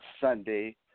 Sunday